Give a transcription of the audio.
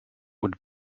would